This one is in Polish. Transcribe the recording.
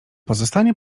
pozostanie